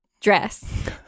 dress